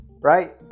right